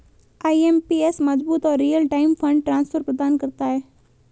IMPS मजबूत और real time fund transfer प्रदान करता है